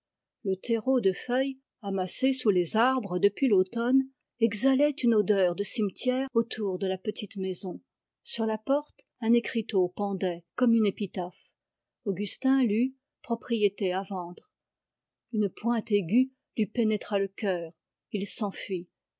le terreau de feuilles amassé sous les arbres depuis l'automne exhalait une odeur cimetière autour de la petite maison sur la porte un écriteau pendait comme une épitaphe augustin lut propriété à vendre une pointe aiguë lui pénétra le cœur il s'enfuit